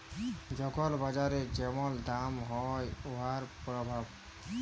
যখল বাজারে যেমল দাম হ্যয় উয়ার পরভাব